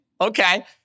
Okay